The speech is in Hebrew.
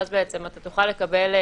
ואז תוכל לקבל,